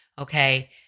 Okay